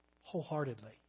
wholeheartedly